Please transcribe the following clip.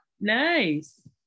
Nice